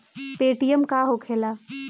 Paytm का होखेला?